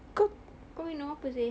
kau kau minum apa seh